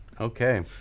Okay